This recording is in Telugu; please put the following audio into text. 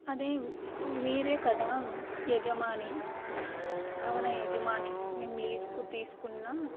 అదే మీరే కదా యజమాని భవన యజమాని మేము లీజుకు తీసుకున్న